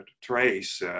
Trace